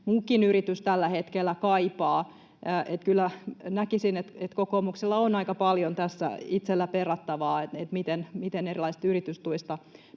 muukin yritys tällä hetkellä kaipaa. Kyllä näkisin, että kokoomuksella on aika paljon itsellään perattavaa siinä, miten erilaisista yritystuista